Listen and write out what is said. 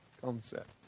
concept